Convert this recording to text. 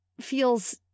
feels